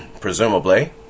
Presumably